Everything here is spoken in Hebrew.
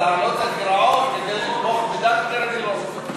אבל להעלות את הגירעון כדי לתמוך בדנקנר אני לא רוצה.